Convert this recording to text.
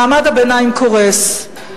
מעמד הביניים קורס.